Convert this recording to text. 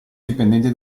dipendenti